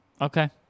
Okay